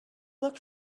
looked